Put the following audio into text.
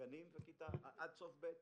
בגנים ועד סוף כיתה ב'.